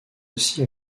aussi